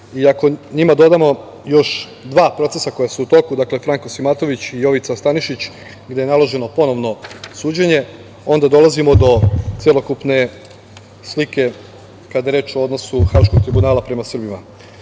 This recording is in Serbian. iako njima dodamo još dva procesa koja su u toku, dakle, Franko Simatović i Jovica Stanišić, gde je naloženo ponovno suđenje, onda dolazimo do celokupne slike kada je reč o odnosu Haškog tribunala prema Srbima.I